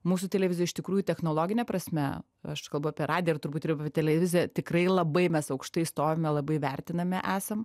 mūsų televizija iš tikrųjų technologine prasme aš kalbu apie radiją ir turbūt ir televizija tikrai labai mes aukštai stovime labai vertinami esam